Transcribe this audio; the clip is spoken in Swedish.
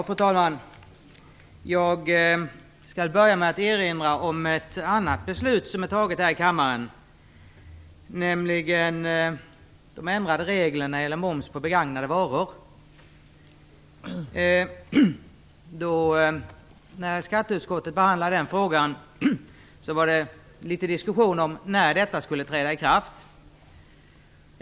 Fru talman! Jag skall börja med att erinra om ett annat beslut som har fattats här i kammaren, nämligen beslutet om de ändrade reglerna när det gäller moms på begagnade varor. När skatteutskottet behandlade den frågan var det litet diskussion om när detta skulle träda i kraft.